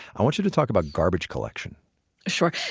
i want you to talk about garbage collection sure,